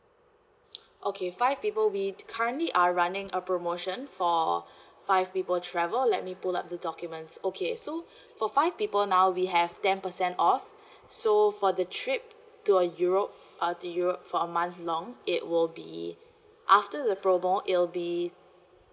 okay five people we currently are running a promotion for five people travel let me pull up the documents okay so for five people now we have ten percent off so for the trip to europe uh the europe for a month long it will be after the promo it will be